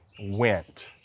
went